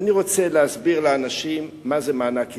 אני רוצה להסביר לאנשים מה זה מענק איזון.